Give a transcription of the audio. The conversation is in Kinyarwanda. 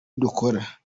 dukora